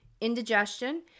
Indigestion